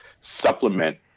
supplement